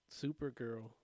Supergirl